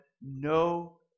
no